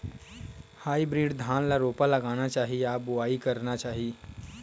Hybrid धान ल रोपा लगाना चाही या बोआई करना चाही?